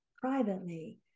privately